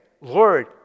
Lord